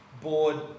bored